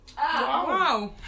Wow